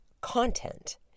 content